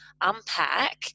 unpack